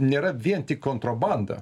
nėra vien tik kontrabanda